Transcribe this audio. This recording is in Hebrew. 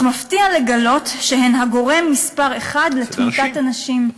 אך מפתיע לגלות שהן הגורם מספר אחת לתמותת הנשים.